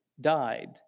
died